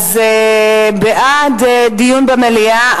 בעד דיון במליאה,